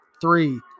Three